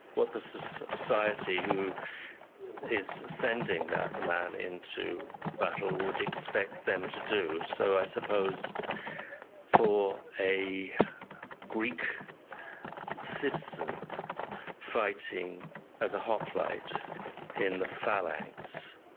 what the society who is sending the man into battle would expect them to do. so i suppose for a greek citizen fighting as a hoplite in the phalanx,